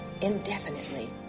indefinitely